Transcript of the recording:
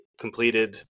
completed